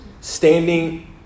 Standing